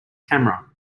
camera